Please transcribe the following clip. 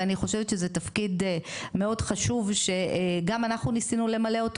ואני חושבת שזה תפקיד מאוד חשוב שגם אנחנו ניסינו למלא אותו